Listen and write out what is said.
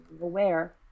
aware